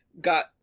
got